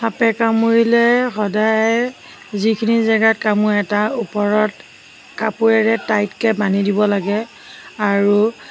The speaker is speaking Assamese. সাপে কামোৰিলে সদায় যিখিনি জাগাত কামোৰে তাৰ ওপৰত কাপোৰেৰে টাইটকৈ বান্ধি দিব লাগে আৰু